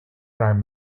prime